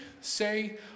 say